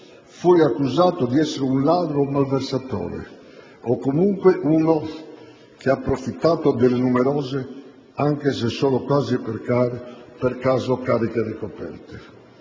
fui accusato di essere un ladro o un malversatore o comunque uno che ha approfittato delle numerose, anche se solo quasi per caso, cariche ricoperte.